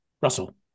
Russell